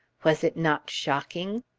was it not shocking?